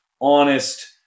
honest